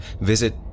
visit